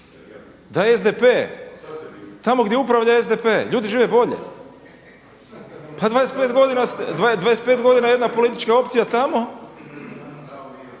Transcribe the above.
Da je SDP tamo gdje je SDP ljudi žive bolje. Pa 25 godina je jedna politička opcija tamo